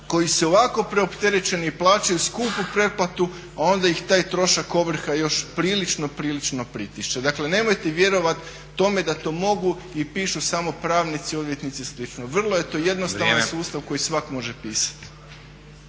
koji su i ovako preopterećeni i plaćaju skupu pretplatu a onda ih taj trošak ovrha još prilično, prilično pritišće. Dakle nemojte vjerovati tome da to mogu i pišu samo pravnici, odvjetnici i slično. Vrlo je to jednostavan sustav koji svatko može pisati.